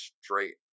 straight